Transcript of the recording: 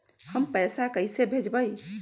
हम पैसा कईसे भेजबई?